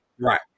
right